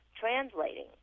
translating